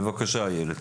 בבקשה, איילת.